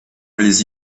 les